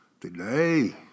today